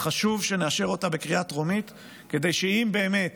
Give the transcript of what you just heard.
חשוב שנאשר אותה בקריאה טרומית כדי שאם באמת